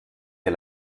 der